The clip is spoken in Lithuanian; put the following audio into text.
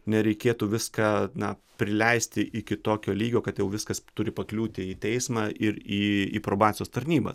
nereikėtų viską na prileisti iki tokio lygio kad jau viskas turi pakliūti į teismą ir į į probacijos tarnybas